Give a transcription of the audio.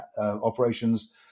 operations